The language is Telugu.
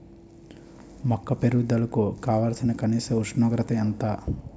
మొక్క పెరుగుదలకు కావాల్సిన కనీస ఉష్ణోగ్రత ఎంత?